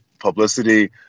publicity